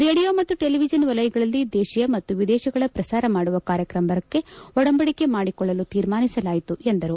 radio ಮತ್ತು television ವಲಯಗಳಲ್ಲಿ ದೇಶೀಯ ಮತ್ತು ವಿದೇಶಗಳ ಪ್ರಸಾರ ಮಾಡುವ ಕಾರ್ಯಕ್ರಮಕ್ಕೆ ಒಡಂಬಡಿಕೆ ಮಾಡಿಕೊಳ್ಳಲು ತೀರ್ಮಾನಿಸಲಾಯಿತು ಎಂದರು